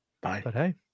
Bye